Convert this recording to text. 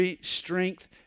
strength